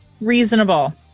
Reasonable